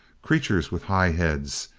creatures with high heads,